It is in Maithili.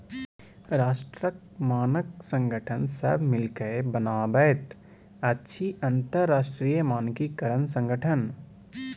राष्ट्रक मानक संगठन सभ मिलिकए बनाबैत अछि अंतरराष्ट्रीय मानकीकरण संगठन